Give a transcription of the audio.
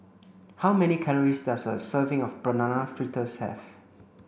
how many calories does a serving of banana fritters have